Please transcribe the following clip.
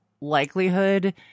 likelihood